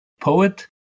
poet